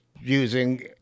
using